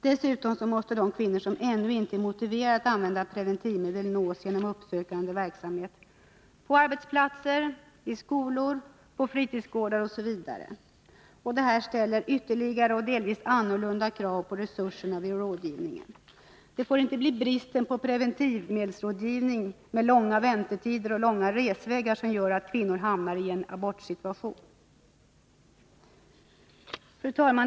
Dessutom måste de kvinnor som ännu inte är motiverade att använda preventivmedel nås genom uppsökande verksamhet, på arbetsplatser, i skolor, på fritidsgårdar osv. Detta ställer ytterligare och delvis annorlunda krav på resurser till rådgivning. Det får inte bli bristen på preventivmedelsrådgivning, långa väntetider och långa resvägar som gör att kvinnor hamnar i en abortsituation. Fru talman!